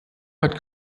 hat